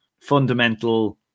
fundamental